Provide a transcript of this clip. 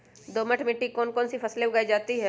दोमट मिट्टी कौन कौन सी फसलें उगाई जाती है?